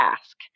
ask